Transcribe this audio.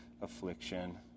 affliction